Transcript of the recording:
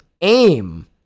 aim